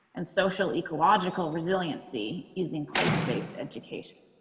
and social-ecological resiliency, using place-based education.